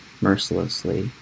mercilessly